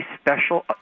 special